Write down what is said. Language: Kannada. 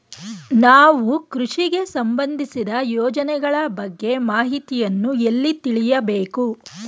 ನಾವು ಕೃಷಿಗೆ ಸಂಬಂದಿಸಿದ ಯೋಜನೆಗಳ ಬಗ್ಗೆ ಮಾಹಿತಿಯನ್ನು ಎಲ್ಲಿ ತಿಳಿಯಬೇಕು?